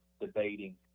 debating